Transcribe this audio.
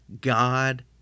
God